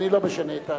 אני לא משנה את ההצבעה.